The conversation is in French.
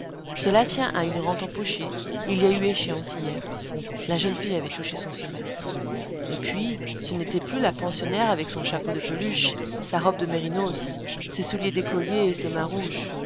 cela tient à une rente empochée il y a eu échéance hier la jeune fille avait touché son semestre et puis ce n'était plus la pensionnaire avec son chapeau de peluche sa robe de mérinos ses souliers d'écolier et ses mains rouges